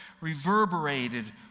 reverberated